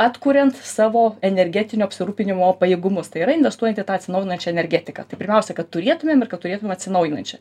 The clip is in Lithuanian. atkuriant savo energetinio apsirūpinimo pajėgumus tai yra investuojant į tą atsinaujinančią energetiką tai pirmiausia kad turėtumėm ir kad turėtumėm atsinaujinančią